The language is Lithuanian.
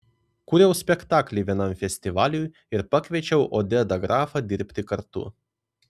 kūriau spektaklį vienam festivaliui ir pakviečiau odedą grafą dirbti kartu